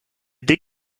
dig